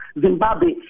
Zimbabwe